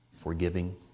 forgiving